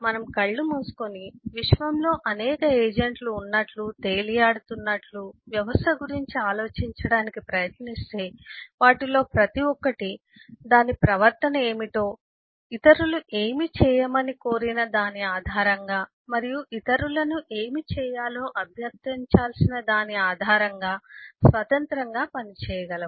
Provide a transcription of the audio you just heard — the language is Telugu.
మనం కళ్ళు మూసుకుని విశ్వంలో అనేక ఏజెంట్లు ఉన్నట్లు తేలియాడుతున్నట్లు వ్యవస్థ గురించి ఆలోచించటానికి ప్రయత్నిస్తే వాటిలో ప్రతి ఒక్కటి దాని ప్రవర్తన ఏమిటో ఇతరులు ఏమి చేయమని కోరిన దాని ఆధారంగా మరియు ఇతరులను ఏమి చేయాలో అభ్యర్థించాల్సిన దాని ఆధారంగా స్వతంత్రంగా పనిచేయగలవు